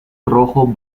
rojo